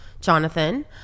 Jonathan